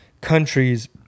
countries